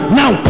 now